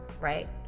right